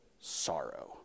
sorrow